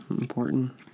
important